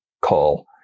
call